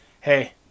hey